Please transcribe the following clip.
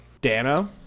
Dano